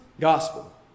gospel